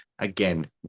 Again